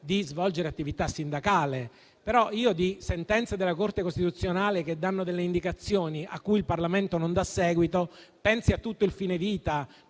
di svolgere attività sindacale. Però, io ricordo sentenze della Corte costituzionale che danno delle indicazioni cui il Parlamento non ha dato seguito. Si pensi a tutto il fine vita;